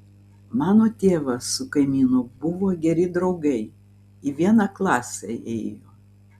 mano tėvas su kaimynu buvo geri draugai į vieną klasę ėjo